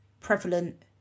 prevalent